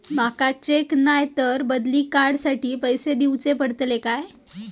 माका चेक नाय तर बदली कार्ड साठी पैसे दीवचे पडतले काय?